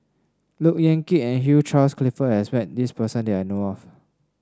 Look Yan Kit and Hugh Charles Clifford has met this person that I know of